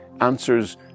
answers